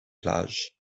plages